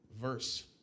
verse